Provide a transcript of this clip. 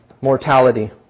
mortality